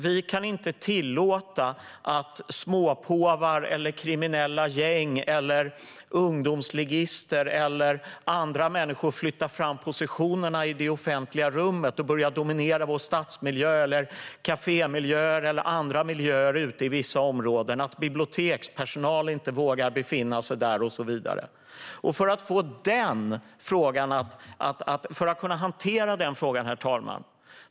Vi kan inte tillåta att småpåvar, kriminella gäng eller ungdomsligister flyttar fram positionerna i det offentliga rummet och börjar dominera vår stadsmiljö, kafémiljöer eller andra miljöer ute i vissa områden, att bibliotekspersonal inte vågar befinna sig där och så vidare. Hur ska man då hantera den frågan, herr talman?